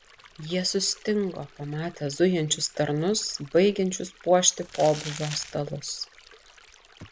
jie sustingo pamatę zujančius tarnus baigiančius puošti pobūvio stalus